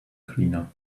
cleaner